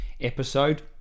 episode